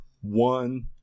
one